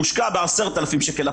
מושקע ב-10,000 שקל.